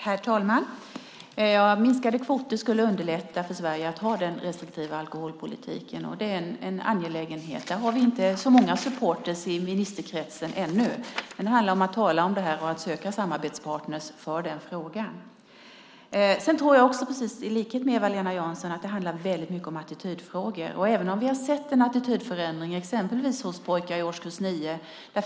Herr talman! Minskade kvoter skulle underlätta för Sverige att ha den restriktiva alkoholpolitiken. Det är angeläget. Där har vi inte så många supportrar i ministerkretsen ännu. Det gäller att tala om det här och söka samarbetspartner för den frågan. Jag tror i likhet med Eva-Lena Jansson att det handlar väldigt mycket om attitydfrågor. Vi har sett en attitydförändring exempelvis hos pojkar i årskurs 9.